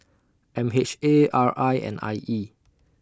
M H A R I and I E